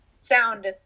sound